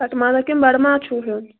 کٹہٕ ماز ہا کِن بڑٕ ماز چھُو ہیٚون